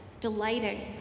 Delighting